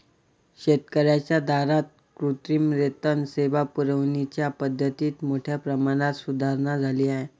शेतकर्यांच्या दारात कृत्रिम रेतन सेवा पुरविण्याच्या पद्धतीत मोठ्या प्रमाणात सुधारणा झाली आहे